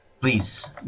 Please